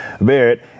Barrett